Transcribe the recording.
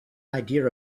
idea